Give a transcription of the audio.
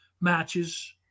matches